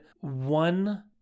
one